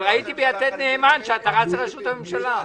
אבל ראיתי ביתד נאמן שאתה רץ לראשות הממשלה.